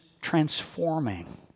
transforming